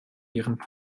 ihren